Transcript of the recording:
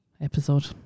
episode